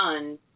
done